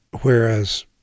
whereas